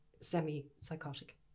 semi-psychotic